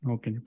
Okay